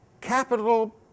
Capital